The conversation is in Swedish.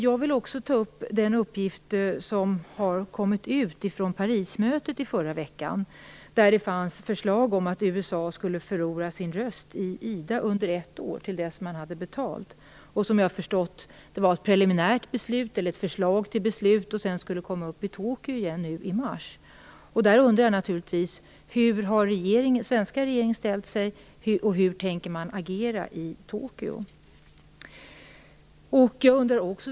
Jag vill också ta upp den uppgift som har kommit ut från Parismötet i förra veckan, där det fanns förslag om att USA skulle förlora sin röst i IDA under ett år till dess att man hade betalat. Jag har förstått att det var ett preliminärt beslut eller ett förslag till beslut, och att det skall tas upp i Tokyo igen nu i mars. Jag undrar naturligtvis hur den svenska regeringen har ställt sig och hur ni tänker agera i Tokyo.